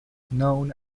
known